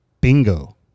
bingo